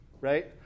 right